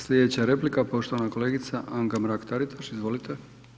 Slijedeća replika poštovana kolegica Anta Mrak-Taritaš, izvolite.